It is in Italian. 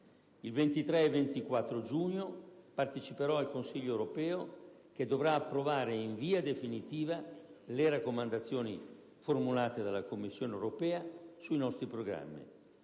Il 23 e 24 giugno parteciperò al Consiglio europeo, che dovrà approvare in via definitiva le raccomandazioni formulate dalla Commissione europea sui nostri Programmi.